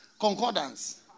concordance